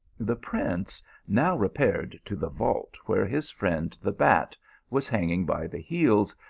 the prince now repaired to the vault where his friend the bat was hanging by the heels,